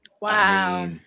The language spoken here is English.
Wow